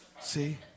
See